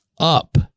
up